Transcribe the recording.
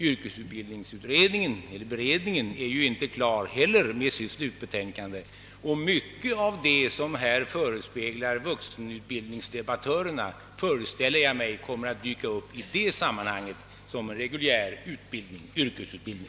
=: Yrkesutbildningsberedningen är ju inte klar med sitt slutbetänkande, och mycket av det som här förespeglar - vuxenutbildningsdebattörerna kommer, föreställer jag mig, att dyka upp i det sammanhanget som reguljär yrkesutbildning.